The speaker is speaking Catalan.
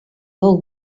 del